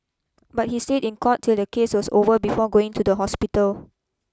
but he stayed in court till the case was over before going to the hospital